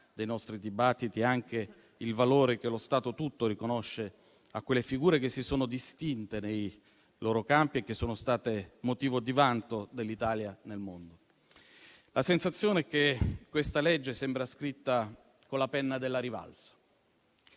dei nostri dibattiti e anche il valore che lo Stato tutto riconosce a quelle figure che si sono distinte nei loro campi e sono state motivo di vanto dell'Italia nel mondo. La sensazione è che questa legge sembra scritta con la penna della rivalsa,